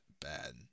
bad